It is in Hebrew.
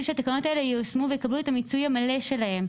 שהתקנות האלה ייושמו ויקבלו את המיצוי המלא שלהן,